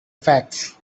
facts